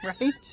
Right